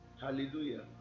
Hallelujah